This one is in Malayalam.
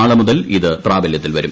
നാളെ മുതൽ ഇത് പ്രാബല്യത്തിൽ വരും